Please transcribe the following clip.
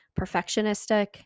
perfectionistic